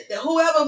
whoever